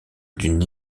d’une